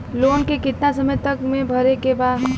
Loan के कितना समय तक मे भरे के बा?